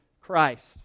Christ